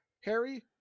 Harry